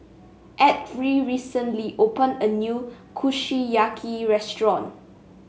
Edrie recently opened a new Kushiyaki restaurant